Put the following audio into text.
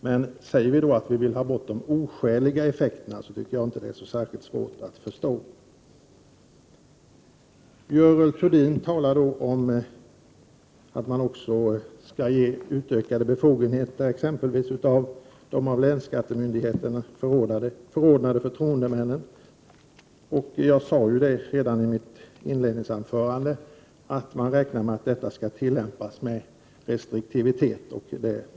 Jag tycker inte att det skall vara så särskilt svårt att förstå att vi i det sammanhanget säger att vi vill ha bort de oskäliga effekterna. Görel Thurdin talade om de utökade befogenheterna exempelvis när det — Prot. 1988/89:124 gäller de av länsskattemyndigheterna förordnade förtroendemännen. Jag 30 maj 1989 sade redan i mitt inledningsanförande att man här räknar med en restriktiv vi å Å tillämpning. Jag litar på att så blir fallet.